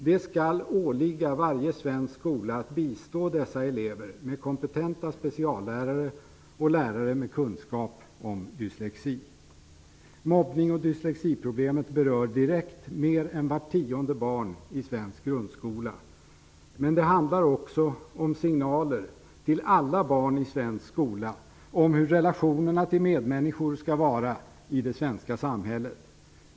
Det skall åligga varje svensk skola att bistå dessa elever med kompetenta speciallärare och lärare med kunskap om dyslexi. Mobbning och dyslexiproblemet berör direkt mer än vart tionde barn i svensk grundskola. Men det handlar också om signaler till alla barn i svensk skola om hur relationerna till medmänniskor skall vara i det svenska samhället.